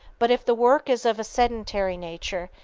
but if the work is of a sedentary nature,